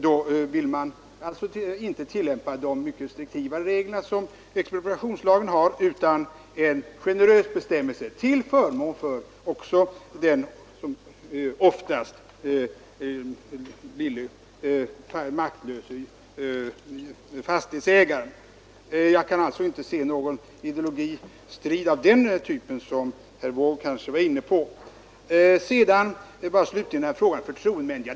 Där vill vi inte tillgripa de mycket restriktiva reglerna i expropriationslagen, utan vi föredrar en mera generös bestämmelse, som också den är till förmån för den som oftast blir maktlös, nämligen fastighetsägaren. — Jag kan alltså inte upptäcka någon ideologisk strid av den typ som herr Wååg kanske tänkte på. Slutligen var det fråga om förtroendemännen.